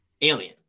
Alien